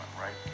right